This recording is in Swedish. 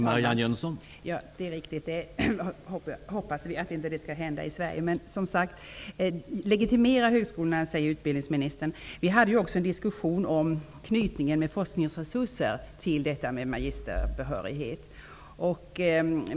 Herr talman! Det är riktigt. Vi hoppas att det inte skall hända i Sverige. Utbildningsministern säger att staten legitimerar högskolorna. Vi förde också en diskussion om knytningen av forskningsresurser till detta med magisterbehörighet.